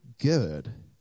good